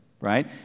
right